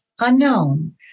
unknown